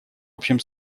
общем